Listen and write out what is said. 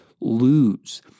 lose